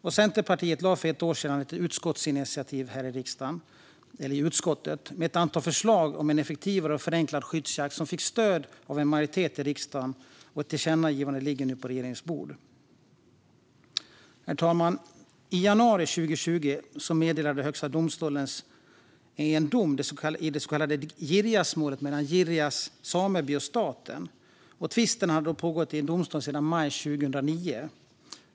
Centerpartiet lade för ett år sedan fram ett initiativ i utskottet med ett antal förslag om effektivare och förenklad skyddsjakt. Det fick stöd av en majoritet i riksdagen, och ett tillkännagivande ligger nu på regeringens bord. Herr talman! I januari 2020 meddelade Högsta domstolen sin dom i det så kallade Girjasmålet mellan Girjas sameby och staten. Tvisten hade då pågått i domstol sedan maj 2009.